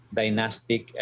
dynastic